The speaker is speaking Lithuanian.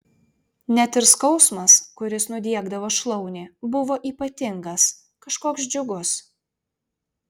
net ir skausmas kuris nudiegdavo šlaunį buvo ypatingas kažkoks džiugus